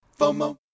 FOMO